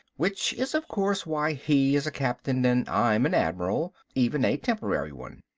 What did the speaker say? which is, of course, why he is a captain and i'm an admiral, even a temporary one.